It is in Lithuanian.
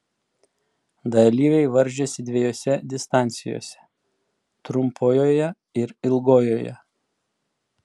dalyviai varžėsi dviejose distancijose trumpojoje ir ilgojoje